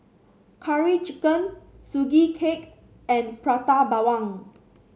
Curry Chicken Sugee Cake and Prata Bawang